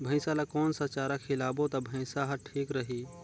भैसा ला कोन सा चारा खिलाबो ता भैंसा हर ठीक रही?